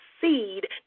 seed